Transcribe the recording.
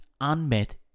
unmet